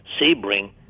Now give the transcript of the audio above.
Sebring